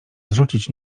zrzucić